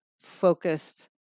focused